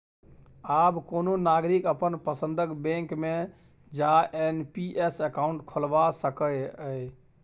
आब कोनो नागरिक अपन पसंदक बैंक मे जा एन.पी.एस अकाउंट खोलबा सकैए